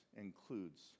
includes